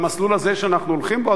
במסלול הזה שאנחנו הולכים בו,